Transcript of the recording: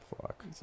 Fuck